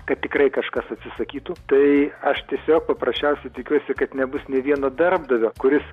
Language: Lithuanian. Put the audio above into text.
kad tikrai kažkas atsisakytų tai aš tiesiog paprasčiausiai tikiuosi kad nebus nė vieno darbdavio kuris